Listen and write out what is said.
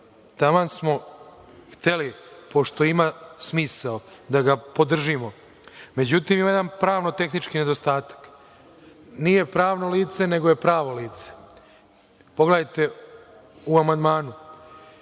tama smo hteli, pošto ima smisao, da ga podržimo, međutim, ima jedan pravno-tehnički nedostatak. Nije pravno lice, nego je pravo lice. Pogledajte u amandmanu.